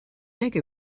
make